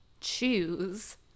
choose